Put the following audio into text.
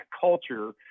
culture